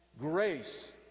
Grace